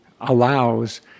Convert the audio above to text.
allows